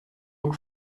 look